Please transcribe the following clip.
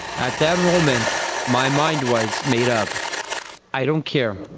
at that moment my mind was made up i don't care,